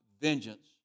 vengeance